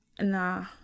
Nah